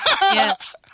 Yes